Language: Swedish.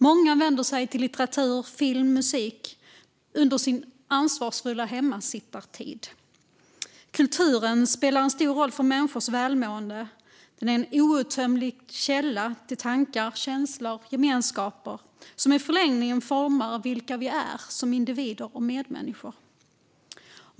Många vänder sig till litteratur, film och musik under sin ansvarsfulla hemmasittartid. Kulturen spelar en stor roll för människors välmående. Den är en outtömlig källa till tankar, känslor och gemenskaper, som i förlängningen formar vilka vi är som individer och medmänniskor.